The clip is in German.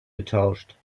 getauscht